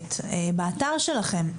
אינטרנט באתר שלכם,